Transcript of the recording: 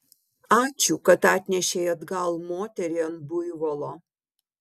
ačiū kad atnešei atgal moterį ant buivolo